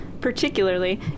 Particularly